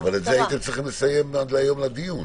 את זה הייתם צריכים לסיים עד היום לדיון,